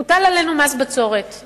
הוטל עלינו מס בצורת,